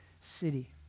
city